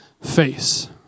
face